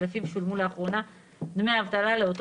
שלפיו שולמו לאחרונה דמי האבטלה לאותו